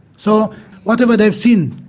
so whatever they've seen,